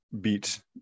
beat